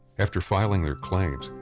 after filing their claims,